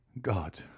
God